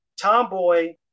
Tomboy